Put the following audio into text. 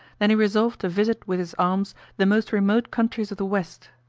than he resolved to visit with his arms the most remote countries of the west.